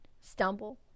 stumble